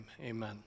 Amen